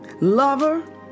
lover